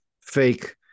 fake